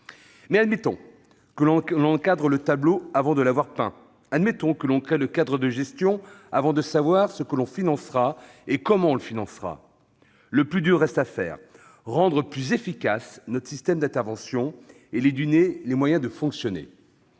Mais admettons que l'on encadre le tableau avant de l'avoir peint. Admettons que l'on crée le cadre de gestion avant de savoir ce que l'on financera et comment on le financera. Le plus dur reste à faire : rendre plus efficace notre système d'intervention et lui donner les moyens de fonctionner.